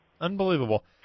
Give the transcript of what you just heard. Unbelievable